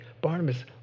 Barnabas